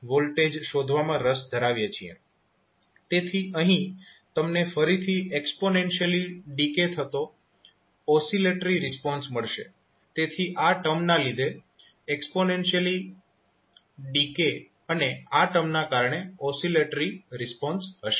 તેથી અહીં તમને ફરીથી એક્સ્પોનેન્શીયલી ડીકે થતો ઓસિલેટરી રિસ્પોન્સ મળશે તેથી આ ટર્મ ને લીધે એક્સ્પોનેન્શીયલી ડીકે અને આ ટર્મને કારણે ઓસિલેટરી રિસ્પોન્સ હશે